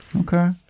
okay